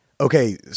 okay